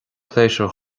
pléisiúir